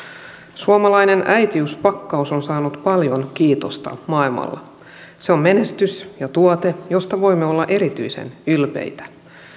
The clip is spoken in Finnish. suomalainen äitiyspakkaus on saanut paljon kiitosta maailmalla se on menestys ja tuote josta voimme olla erityisen ylpeitä